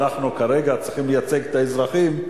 אנחנו כרגע צריכים לייצג את האזרחים,